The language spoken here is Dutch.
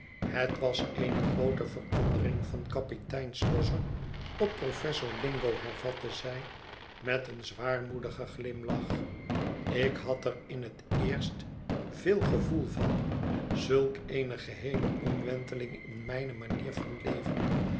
het was eene groote verandering van kapitein swosser op professor dingo hervatte zij met een zwaarmoedigen glimlach ik had er in het eerst veel gevoel van zulk eene geheele omwenteling in mijne manier van leven